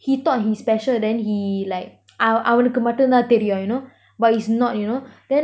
he thought he special then he like அவனுக்கு மட்டும் தான் தெரியும்:avanuku matum thaan teriyum you know but he's not you know then